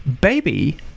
baby